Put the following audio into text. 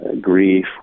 grief